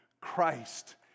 Christ